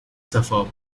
suffer